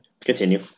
Continue